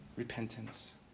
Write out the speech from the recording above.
Repentance